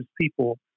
people